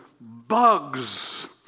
bugs